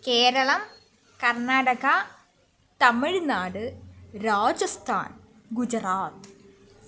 Keralam Karnataka Tamil Nadu Rajasthan Gujarat